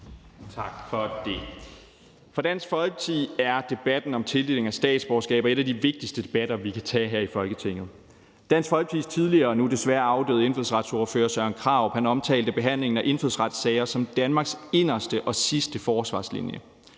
For Dansk Folkeparti er debatten om tildeling af statsborgerskaber en af de vigtigste debatter, vi kan tage her i Folketinget. Dansk Folkepartis tidligere, nu desværre afdøde indfødsretsordfører Søren Krarup omtalte behandlingen af indfødsretssager som Danmarks inderste og sidste forsvarslinje,